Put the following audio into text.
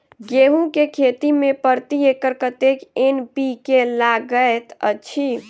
गेंहूँ केँ खेती मे प्रति एकड़ कतेक एन.पी.के लागैत अछि?